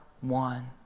one